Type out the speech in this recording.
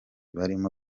barimo